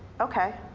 okay.